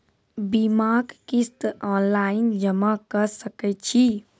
बीमाक किस्त ऑनलाइन जमा कॅ सकै छी?